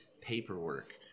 paperwork